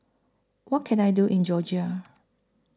What Can I Do in Georgia